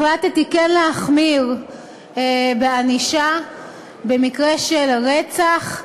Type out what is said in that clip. החלטתי כן להחמיר בענישה במקרה של רצח,